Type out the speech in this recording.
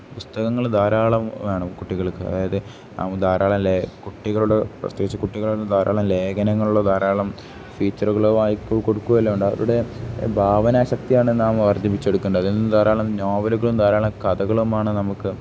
പുസ്തകങ്ങൾ ധാരാളം വേണം കുട്ടികൾക്ക് അതായത് ധാരാളം ലേ കുട്ടികളുടെ പ്രത്യകിച്ച് കുട്ടികൾ ധാരാളം ലേഖനങ്ങളോ ധാരാളം ഫീച്ചറുകളോ വയിക്കുമോ കൊടുക്കുമോ എല്ലാം ഉണ്ട് അവരുടെ ഭാവനാശക്തിയാണ് നാം വർദ്ധിപ്പിച്ചെടുക്കേണ്ടത് അതിൽനിന്നും ധാരാളം നോവലുകളും ധാരാളം കഥകളുമാണ് നമുക്ക്